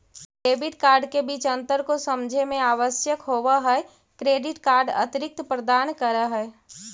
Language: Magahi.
डेबिट कार्ड के बीच अंतर को समझे मे आवश्यक होव है क्रेडिट कार्ड अतिरिक्त प्रदान कर है?